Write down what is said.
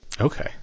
Okay